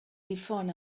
difon